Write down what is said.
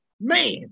Man